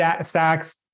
Sachs